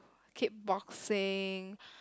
kick boxing